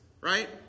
right